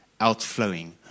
outflowing